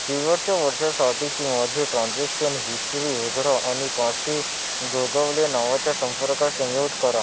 शेवटच्या वर्षासाठीची माझी ट्रान्झॅक्शन हिस्टरी उघडा आणि काशी गोगवले नावाच्या संपर्कास म्यूट करा